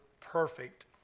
perfect